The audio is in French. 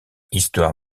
histoire